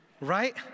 right